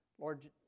Lord